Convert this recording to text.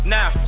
Now